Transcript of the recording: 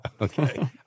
Okay